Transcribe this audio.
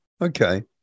Okay